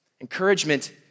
Encouragement